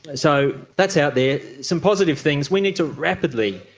so that's out there. some positive things. we need to rapidly,